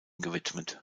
gewidmet